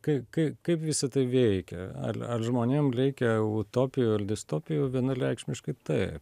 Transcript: kai kai kaip visa tai veikia al al žmonėm leikia utopijų ir distopijų vienaleikšmiškai tai